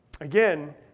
Again